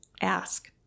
ask